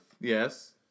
Yes